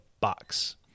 box